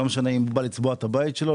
לא משנה אם הוא בא לצבוע את הבית שלו,